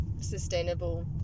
sustainable